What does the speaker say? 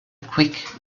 quick